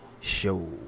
show